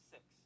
Six